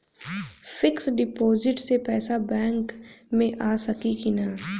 Fix deposit से पैसा bank मे आ सकी कि ना?